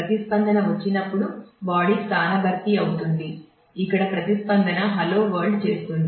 ప్రతిస్పందన వచ్చినప్పుడు బాడీ స్థాన భర్తీ అవుతుంది ఇక్కడ ప్రతిస్పందన హలో వరల్డ్ చేస్తోంది